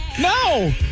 No